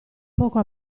poco